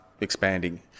expanding